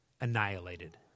annihilated